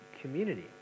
community